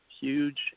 huge